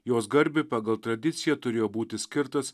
jos garbei pagal tradiciją turėjo būti skirtas